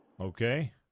Okay